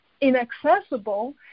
inaccessible